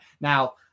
now